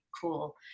cool